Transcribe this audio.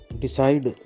decide